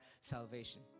salvation